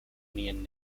union